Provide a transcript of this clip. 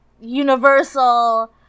universal